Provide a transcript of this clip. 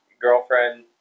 girlfriend